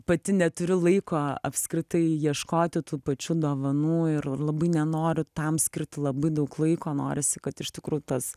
pati neturiu laiko apskritai ieškoti tų pačių dovanų ir ir labai nenoriu tam skirti labai daug laiko norisi kad iš tikrųjų tas